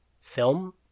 film